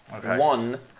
One